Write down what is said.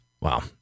Wow